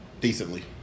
Decently